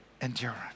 endurance